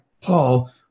Paul